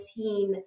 2019